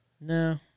No